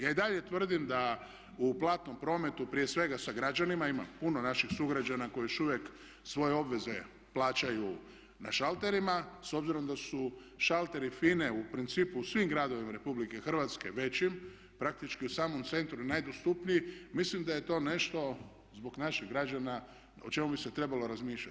Ja i dalje tvrdim da u platnom prometu prije svega sa građanima ima puno naših sugrađana koji još uvijek svoje obveze plaćaju na šalterima s obzirom da su šalteri FINA-e u principu u svim gradovima Republike Hrvatske, većim, praktički u samom centru najdostupniji, mislim da je to nešto zbog naših građana, o čemu bi se trebalo razmišljati.